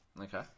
Okay